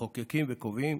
מחוקקים וקובעים.